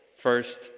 first